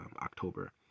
October